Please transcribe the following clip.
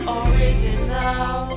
original